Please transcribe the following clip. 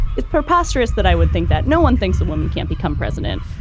it's preposterous that i would think that no one thinks a woman can't become president.